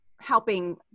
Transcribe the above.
helping